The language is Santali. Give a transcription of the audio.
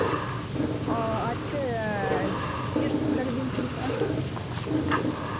ᱚ ᱟᱪᱪᱷᱟ ᱪᱮᱫ ᱞᱟᱹᱜᱤᱫ ᱵᱮᱱ ᱯᱷᱳᱱ ᱠᱟᱫᱟ